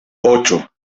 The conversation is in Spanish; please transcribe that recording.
ocho